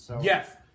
Yes